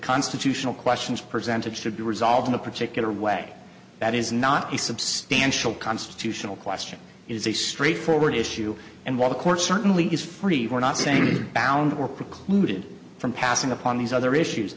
two tional questions presented should be resolved in a particular way that is not a substantial constitutional question is a straightforward issue and while the court certainly is free for not saying he's bound or precluded from passing upon these other issues